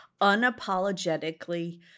unapologetically